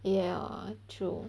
ya true